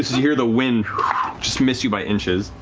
you hear the wind just miss you by inches.